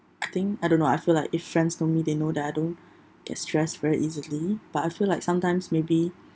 I think I don't know I feel like if friends told me they know that I don't get stressed very easily but I feel like sometimes maybe